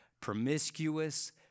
promiscuous